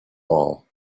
all